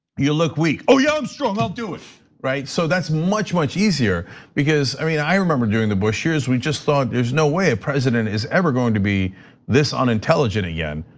you look weak. yeah, i'm strong. i'll do it. right. so that's much much easier because i mean, i remember during the bush years, we just thought there's no way a president is ever going to be this unintelligent again,